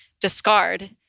discard